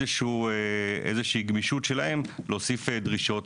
איזושהי גמישות שלהם להוסיף דרישות